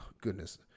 goodness